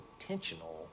intentional